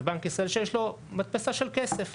זה בנק ישראל שיש לו מדפסה של כסף.